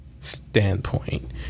standpoint